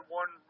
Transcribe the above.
one